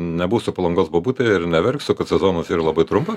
nebūsiu palangos bobutės ir neverksiu kad sezonas ir labai trumpas